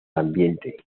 ambiente